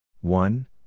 one